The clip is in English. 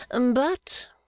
But